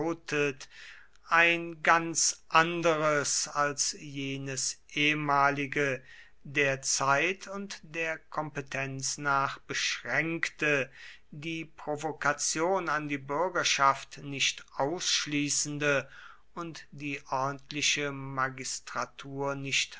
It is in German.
ein ganz anderes als jenes ehemalige der zeit und der kompetenz nach beschränkte die provokation an die bürgerschaft nicht ausschließende und die ordentliche magistratur nicht